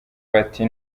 bati